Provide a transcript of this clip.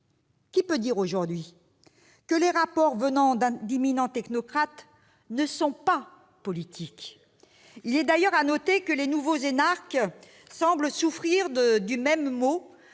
Qui peut dire aujourd'hui que les rapports d'éminents technocrates ne sont pas politiques ? Il est d'ailleurs à noter que les nouveaux énarques semblent souffrir des mêmes